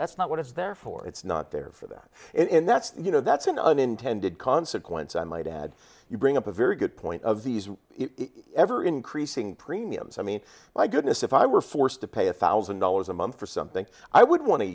that's not what it's there for it's not there for that and that's you know that's an unintended consequence i might add you bring up a very good point of these ever increasing premiums i mean my goodness if i were forced to pay a thousand dollars a month for something i would want to